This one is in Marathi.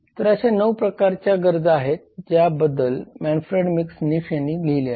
तर अशा 9 प्रकारच्या गरजा आहेत ज्या बद्दल मॅनफ्रेड मॅक्स निफ यांनी लिहिले आहे